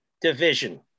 division